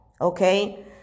Okay